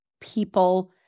people